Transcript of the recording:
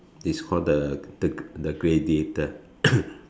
it's called the the gladiator